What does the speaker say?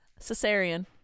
cesarean